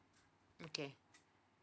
okay